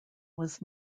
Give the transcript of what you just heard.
was